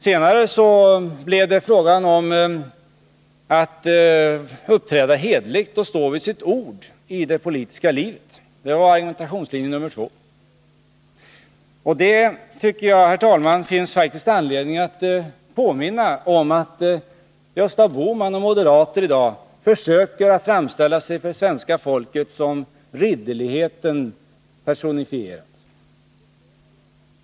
Senare blev det fråga om att uppträda hederligt och stå vid sitt ord i det politiska livet. Det var argumentationslinje nr 2. Jag tycker faktiskt, herr talman, att det finns anledning att påminna om det, när Gösta Bohman och andra moderater i dag inför svenska folket försöker framställa sig som ridderligheten personifierad.